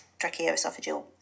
tracheoesophageal